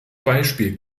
beispiel